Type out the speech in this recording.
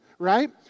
right